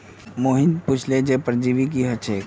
मोहित पुछले जे परजीवी की ह छेक